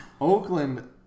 Oakland